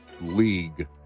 league